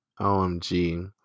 OMG